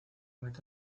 meta